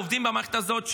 עובדים במערכת הזאת,